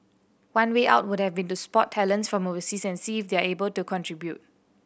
one way out would have been to spot talents from overseas and see if they're able to contribute